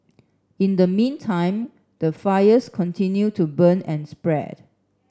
in the meantime the fires continue to burn and spread